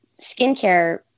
skincare